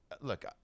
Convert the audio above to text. look